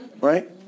Right